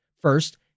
First